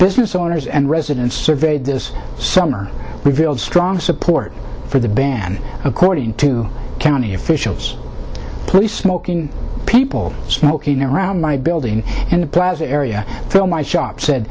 business owners and residents surveyed this summer revealed strong support for the ban according to county officials please smoking people smoking around my building in the plaza area fill my shop said